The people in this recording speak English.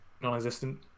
non-existent